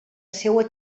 seua